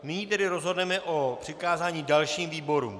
Nyní tedy rozhodneme o přikázání dalším výborům.